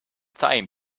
thyme